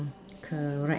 correct